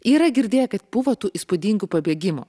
yra girdėję kad buvo tų įspūdingų pabėgimų